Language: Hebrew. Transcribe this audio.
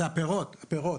לפירות, לפירות.